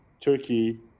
Turkey